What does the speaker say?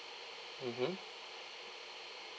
mmhmm